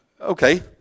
Okay